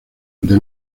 the